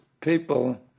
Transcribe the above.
people